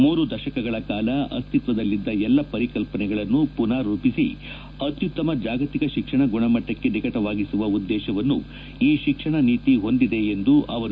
ಮೂರು ದಶಕಗಳ ಕಾಲ ಅಸ್ತಿತ್ವದಲ್ಲಿದ್ದ ಎಲ್ಲ ಪರಿಕಲ್ಪನೆಗಳನ್ನು ಪುನಾರೂಪಿಸಿ ಅತ್ಯುತ್ತಮ ಜಾಗತಿಕ ಶಿಕ್ಷಣ ಗುಣಮಟ್ಟಕ್ಕೆ ನಿಕಟವಾಗಿಸುವ ಉದ್ದೇಶವನ್ನು ಶಿಕ್ಷಣ ನೀತಿ ಹೊಂದಿದೆ ಎಂದರು